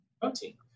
protein